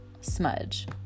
smudge